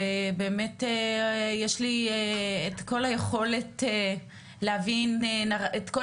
ובאמת יש לי את כל היכולת להבין את כל